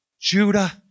Judah